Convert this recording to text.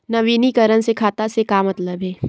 नवीनीकरण से खाता से का मतलब हे?